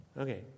okay